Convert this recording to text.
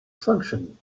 functioning